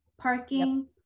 parking